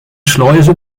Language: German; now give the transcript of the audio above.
schleuse